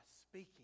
speaking